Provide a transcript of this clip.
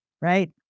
right